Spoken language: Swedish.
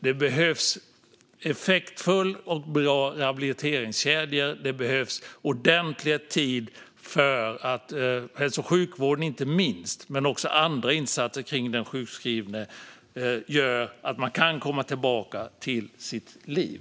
Det behövs effektfulla och bra rehabiliteringskedjor, och det behövs ordentlig tid för att hälso och sjukvården och andra insatser kring den sjukskrivne blir sådana att man kan komma tillbaka till sitt liv.